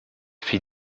fit